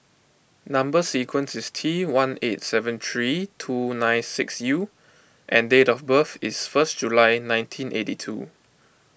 Number Sequence is T one eight seven three two nine six U and date of birth is first July nineteen eighty two